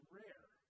rare